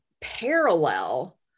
parallel